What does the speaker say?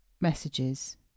messages